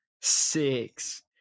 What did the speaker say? six